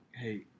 Hey